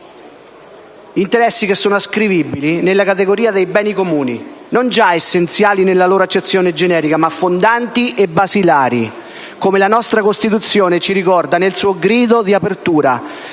interessi che sono ascrivibili nella categoria dei beni comuni, non già essenziali nella loro accezione generica, ma fondanti e basilari, come la nostra Costituzione ci ricorda nel suo grido di apertura.